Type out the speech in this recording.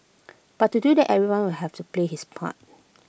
but to do that everyone will have to play his part